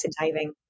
diving